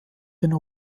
den